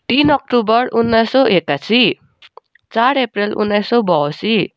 तिन अक्टोबर उन्नाइस सय एक्कासी चार अप्रेल उन्नाइस सय बयासी